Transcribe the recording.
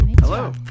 Hello